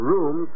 Room